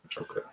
Okay